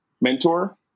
mentor